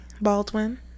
Baldwin